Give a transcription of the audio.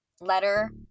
letter